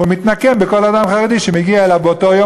הוא מתנקם בכל אדם חרדי שמגיע אליו באותו יום,